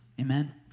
Amen